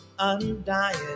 undying